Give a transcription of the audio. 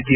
T